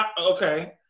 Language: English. Okay